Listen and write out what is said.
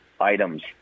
items